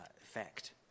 effect